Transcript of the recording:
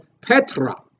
petra